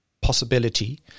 possibility